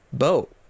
boat